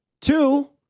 Two